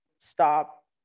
stop